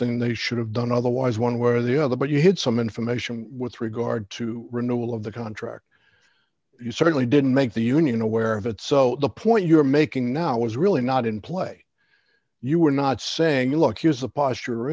suggesting they should have done otherwise one way or the other but you had some information with regard to renewal of the contract you certainly didn't make the union aware of it so the point you're making now is really not in play you were not saying look here's a posture